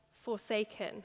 forsaken